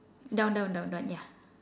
down down down down ya